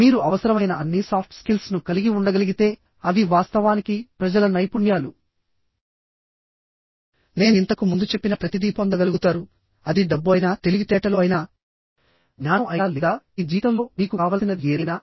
మీరు అవసరమైన అన్ని సాఫ్ట్ స్కిల్స్ ను కలిగి ఉండగలిగితే అవి వాస్తవానికి ప్రజల నైపుణ్యాలు నేను ఇంతకు ముందు చెప్పిన ప్రతిదీ పొందగలుగుతారు అది డబ్బు అయినా తెలివితేటలు అయినా జ్ఞానం అయినా లేదా ఈ జీవితంలో మీకు కావలసినది ఏదైనా